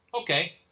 Okay